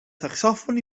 saxòfon